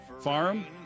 farm